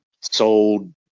sold